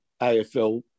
AFL